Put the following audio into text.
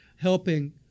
helping